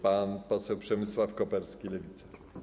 Pan poseł Przemysław Koperski, Lewica.